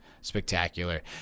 spectacular